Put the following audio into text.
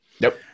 Nope